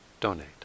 donate